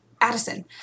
Addison